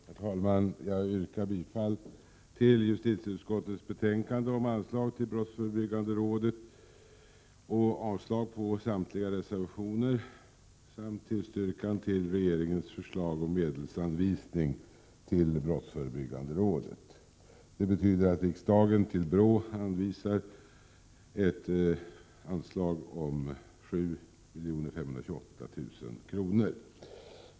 Herr talman! Jag yrkar bifall till hemställan i justitieutskottets betänkande om anslag till brottsförebyggande rådet och avslag på samtliga reservationer samt tillstyrker regeringens förslag om medelsanvisning till brottsförebyggande rådet. Det betyder att riksdagen till BRÅ anvisar ett anslag om 7 528 000 kr.